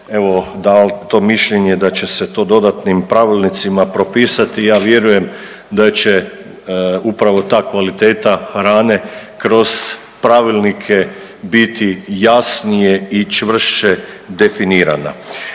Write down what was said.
evo dalo to mišljenje da će se to dodatnim pravilnicima propisati i ja vjerujem da će upravo ta kvaliteta hrane kroz pravilnike biti jasnije i čvršće definirana.